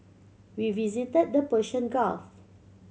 we visited the Persian Gulf